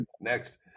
next